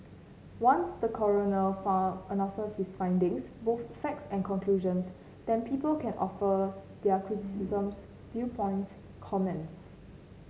once the coroner far announces his findings both facts and conclusions then people can offer their criticisms viewpoints comments